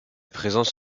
présence